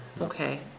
Okay